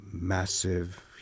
Massive